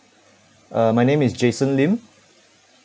uh my name is jason lim